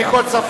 בלי כל ספק.